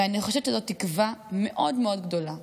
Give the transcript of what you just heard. ואני חושבת שזו תקווה מאוד מאוד גדולה,